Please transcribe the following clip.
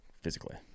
physically